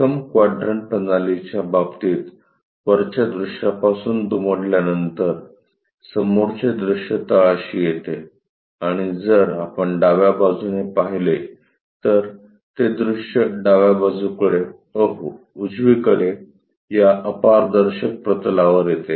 प्रथम क्वाड्रन्ट प्रणालीच्या बाबतीत वरच्या दृश्यापासून दुमडल्यानंतर समोरचे दृश्य तळाशी येते आणि जर आपण डाव्या बाजूने पाहिले तर ते दृश्य डाव्या बाजूकडे ओहो उजवीकडे या अपारदर्शक प्रतलावर येते